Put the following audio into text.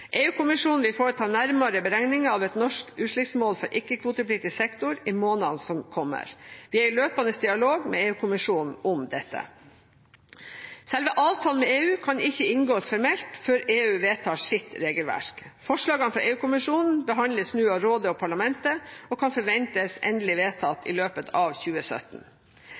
vil foreta nærmere beregninger av et norsk utslippsmål for ikke-kvotepliktig sektor i månedene som kommer. Vi er i løpende dialog med EU-kommisjonen om dette. Selve avtalen med EU kan ikke inngås formelt før EU vedtar sitt regelverk. Forslagene fra EU-kommisjonen behandles nå av rådet og parlamentet og kan forventes endelig vedtatt i løpet av 2017.